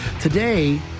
today